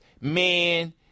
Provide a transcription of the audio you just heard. man